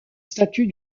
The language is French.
statues